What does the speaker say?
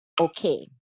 okay